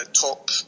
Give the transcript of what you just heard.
top